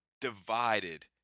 divided